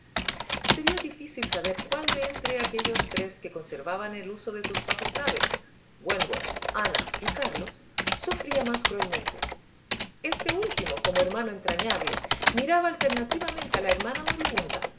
sería difícil saber cuál de entre aquellos tres que conservaban el uso de sus facultades wentworth ana y carlos sufría más cruelmente este último como hermano entrañable miraba alternativamente a la hermana moribunda